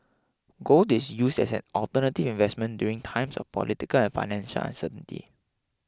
gold is used as an alternative investment during times of political and financial uncertainty